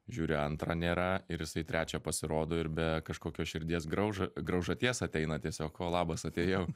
žiūri antrą nėra ir jisai trečią pasirodo ir be kažkokios širdies grauža graužaties ateina tiesiog o labas atėjau